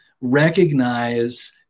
recognize